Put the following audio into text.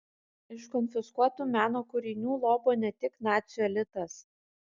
iš konfiskuotų meno kūrinių lobo ne tik nacių elitas